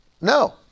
no